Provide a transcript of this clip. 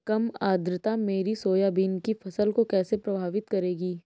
कम आर्द्रता मेरी सोयाबीन की फसल को कैसे प्रभावित करेगी?